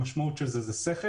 שהמשמעות של זה באכדית זה שכל.